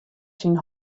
syn